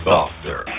Doctor